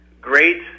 great